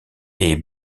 est